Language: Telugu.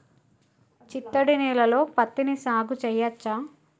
చిత్తడి నేలలో పత్తిని సాగు చేయచ్చా?